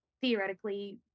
theoretically